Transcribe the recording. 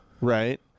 Right